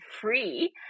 free